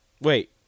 Wait